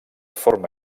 forma